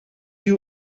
you